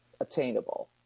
attainable